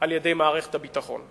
על-ידי מערכת הביטחון.